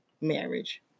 marriage